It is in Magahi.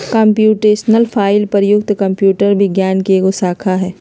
कंप्यूटेशनल फाइनेंस प्रयुक्त कंप्यूटर विज्ञान के एगो शाखा हइ